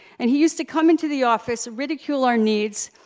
and he used to come into the office, ridicule our needs,